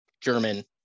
German